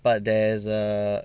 but there's a